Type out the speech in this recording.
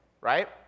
Right